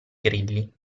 grilli